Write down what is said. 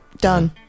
done